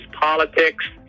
politics